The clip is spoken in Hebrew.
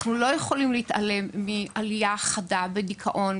אנחנו לא יכולים להתעלם מעלייה חדה בדיכאון,